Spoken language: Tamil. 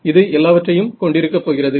இது எல்லாவற்றையும் கொண்டிருக்கப் போகிறது